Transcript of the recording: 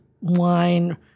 wine